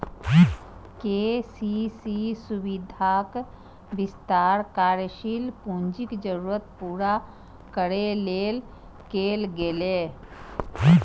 KCC सुविधाक विस्तार कार्यशील पूंजीक जरूरत पूरा करै लेल कैल गेलै